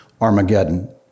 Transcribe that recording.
Armageddon